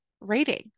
rating